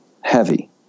heavy